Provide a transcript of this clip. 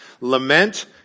Lament